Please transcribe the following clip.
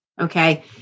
Okay